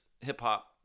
hip-hop